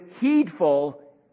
heedful